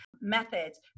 methods